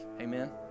Amen